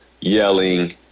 yelling